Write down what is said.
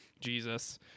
Jesus